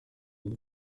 gute